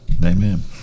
Amen